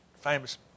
famous